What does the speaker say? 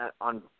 on